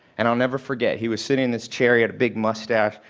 and i'll never forget. he was sitting in this chair. he had a big mustache.